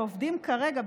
ועובדים כרגע,